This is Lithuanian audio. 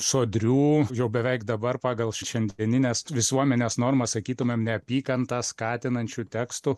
sodrių jau beveik dabar pagal šiandienines visuomenes normas sakytumėm neapykantą skatinančių tekstų